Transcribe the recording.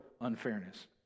unfairness